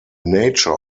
nature